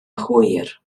hwyr